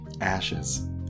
Ashes